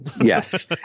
Yes